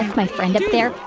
my friend up there.